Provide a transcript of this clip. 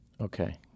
Okay